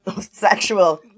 sexual